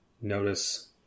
notice